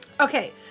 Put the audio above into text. Okay